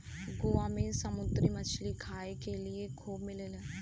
गोवा में समुंदरी मछरी खाए के लिए खूब मिलेला